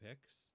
picks